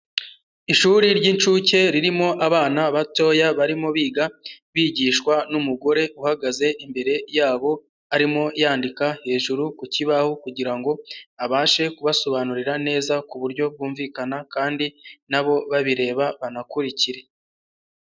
Ishuri ry'incuke ririmo abana batoya barimo biga bigishwa n'umugore uhagaze imbere yabo, arimo yandika hejuru ku kibaho, kugira ngo abashe kubasobanurira neza ku buryo bwumvikana kandi na bo babireba banakurikire.